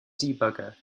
debugger